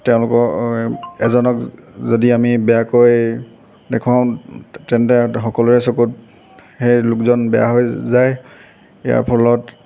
তেওঁলোকৰ এজনক যদি আমি বেয়াকৈ দেখুৱাওঁ তেন্তে সকলোৰে চকুত সেই লোকজন বেয়া হৈ যায় ইয়াৰ ফলত